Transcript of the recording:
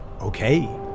okay